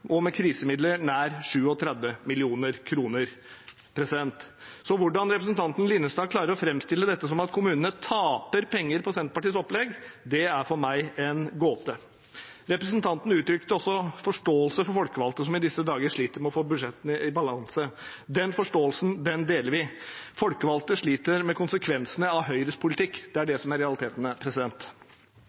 med krisemidler nær 37 mill. kr. Så hvordan representanten Linnestad klarer å framstille dette som at kommunene taper penger på Senterpartiets opplegg, er for meg en gåte. Representanten uttrykte også forståelse for folkevalgte som i disse dager sliter med å få budsjettene i balanse. Den forståelsen deler vi. Folkevalgte sliter med konsekvensene av Høyres politikk. Det er det som er